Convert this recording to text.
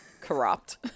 corrupt